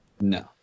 No